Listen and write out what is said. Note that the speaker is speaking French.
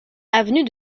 avenue